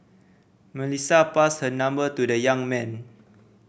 Melissa passed her number to the young man